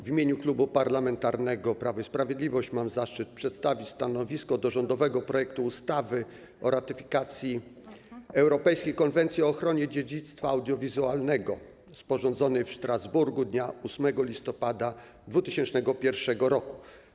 W imieniu Klubu Parlamentarnego Prawo i Sprawiedliwość mam zaszczyt przedstawić stanowisko wobec rządowego projektu ustawy o ratyfikacji Europejskiej Konwencji o ochronie dziedzictwa audiowizualnego, sporządzonej w Strasburgu dnia 8 listopada 2001 r.